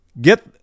Get